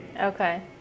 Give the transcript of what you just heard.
Okay